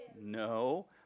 No